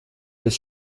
des